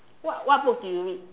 what what books do you read